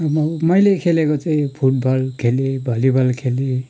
म मैले खेलेको चाहिँ फुटबल खेलेँ भलिबल खेलेँ